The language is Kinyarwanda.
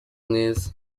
mwiza